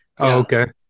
okay